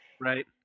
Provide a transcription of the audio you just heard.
Right